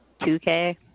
2k